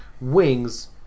wings